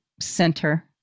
center